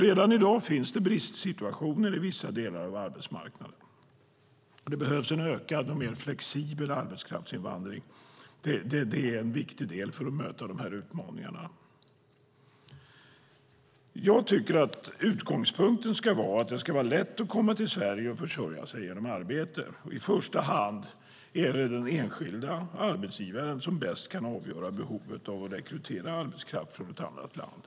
Redan i dag finns alltså bristsituationer inom vissa delar av arbetsmarknaden. Det behövs en ökad och mer flexibel arbetskraftsinvandring. Det är en viktig del för att möta dessa utmaningar. Jag tycker att utgångspunkten ska vara att det ska vara lätt att komma till Sverige och försörja sig genom arbete. I första hand är det den enskilda arbetsgivaren som bäst kan avgöra behovet av att rekrytera arbetskraft från ett annat land.